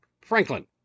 Franklin